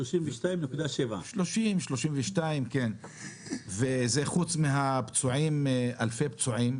32.7%. זה חוץ מאלפי פצועים.